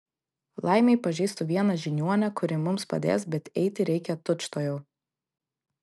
laimei pažįstu vieną žiniuonę kuri mums padės bet eiti reikia tučtuojau